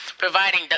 Providing